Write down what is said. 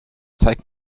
zeig